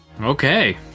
Okay